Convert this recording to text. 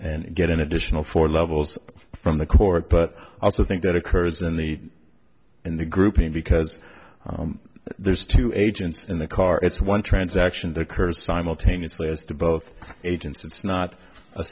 and get an additional four levels from the court but i also think that occurs in the in the grouping because there's two agents in the car it's one transaction to occur simultaneously as to both agents it's not a